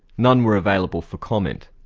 none were available for comment.